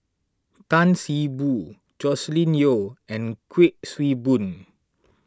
Tan See Boo Joscelin Yeo and Kuik Swee Boon